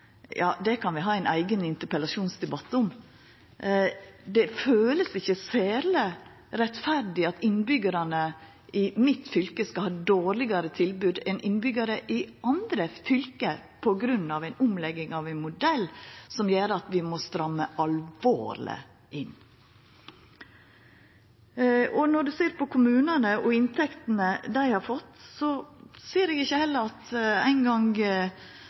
ja, det kan vi ha ein eigen interpellasjonsdebatt om. Det følest ikkje særleg rettferdig at innbyggjarane i mitt fylke skal ha dårlegare tilbod enn innbyggjarane i andre fylke på grunn av ei omlegging av ein modell som gjer at vi må stramma alvorleg inn. Og når ein ser på kommunane og inntektene dei har fått, ser eg ikkje heller at